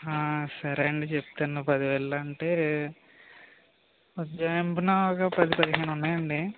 సరే అండి చెప్తాను పదివేలలో అంటే జంబు నాగు పది పదిహేను ఉన్నాయండి